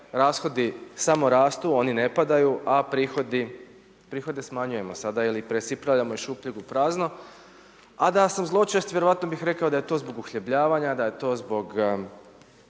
rashodi samo rastu, oni ne padaju a prihode smanjujemo sada ili presipavamo iz šupljeg u prazno a da sam zločest, vjerovatno bih rekao da je to zbog uhljebljavanja, da je to zbog